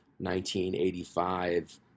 1985